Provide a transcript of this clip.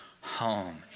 home